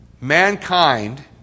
Mankind